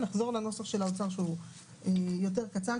נחזור לנוסח של האוצר שהוא יותר קצר,